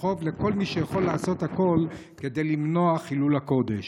וחוב לכל מי שיכול לעשות הכול כדי למנוע חילול הקודש.